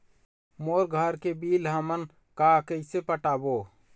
मोर घर के बिल हमन का कइसे पटाबो?